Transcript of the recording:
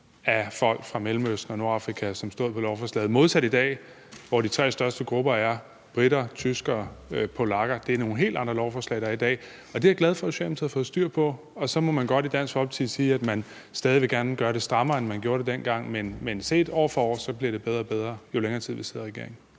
af folk fra Mellemøsten og Nordafrika, som stod på lovforslaget – modsat i dag, hvor de tre største grupper er briter, tyskere og polakker. Det er nogle helt andre lovforslag, der er i dag. Det er jeg glad for at Socialdemokratiet har fået styr på, og så må man godt i Dansk Folkeparti sige, at man stadig gerne vil gøre det strammere, end man gjorde det dengang. Men set år for år bliver det bedre og bedre, jo længere tid vi sidder i regering.